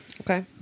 Okay